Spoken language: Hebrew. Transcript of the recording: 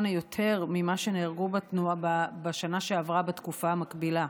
יותר ממה שנהרגו בשנה שעברה בתקופה המקבילה.